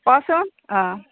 কচোন অঁ